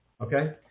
Okay